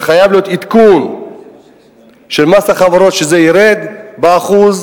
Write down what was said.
שחייב להיות עדכון של מס החברות, שזה ירד ב-1%,